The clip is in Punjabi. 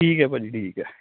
ਠੀਕ ਹੈ ਭਾਅ ਜੀ ਠੀਕ ਹੈ